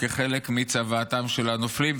חלק מצוואתם של הנופלים,